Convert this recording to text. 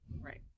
Right